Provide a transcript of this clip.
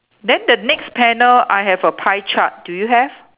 then the next panel I have a pie chart do you have